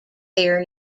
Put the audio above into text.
air